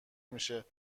میشه